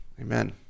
Amen